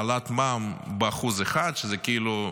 העלאת מע"מ ב-1%, שזה כאילו,